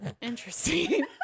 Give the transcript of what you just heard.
interesting